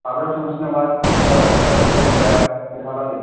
माबायाव थांसै नामा साराय सारिथा सेहालागै